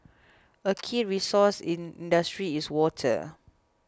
a key resource in industry is water